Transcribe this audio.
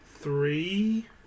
three